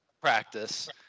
practice